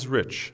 rich